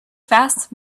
fast